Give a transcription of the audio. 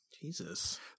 Jesus